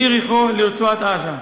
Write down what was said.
מיריחו לרצועת-עזה.